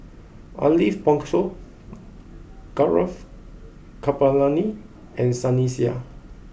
Ariff Bongso Gaurav Kripalani and Sunny Sia